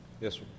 Yes